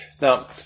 now